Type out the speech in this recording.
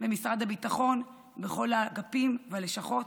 במשרד הביטחון, בכל האגפים והלשכות,